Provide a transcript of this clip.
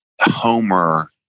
Homer